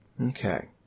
Okay